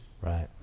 Right